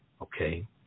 okay